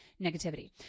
negativity